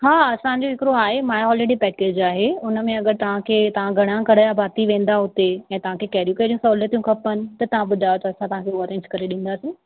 हा असांजो हिकिड़ो आहे माइ हॉलीडे पैकेज आहे उन में अगरि तव्हां खे तव्हां घणा घर जा भाती वेंदा हुते ऐं तव्हां खे कहिड़ियूं कहिड़ियूं सहूलियतूं खपनि त तव्हां ॿुधायो त असां तव्हां खे उहो अरेंज करे ॾींदासीं